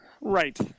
Right